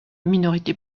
minorité